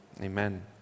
amen